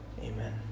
Amen